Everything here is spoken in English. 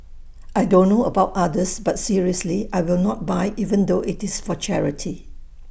I don't know about others but seriously I will not buy even though IT is for charity